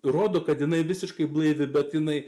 rodo kad jinai visiškai blaivi bet jinai